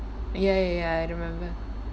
ya ya ya I remember